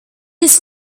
his